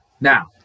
Now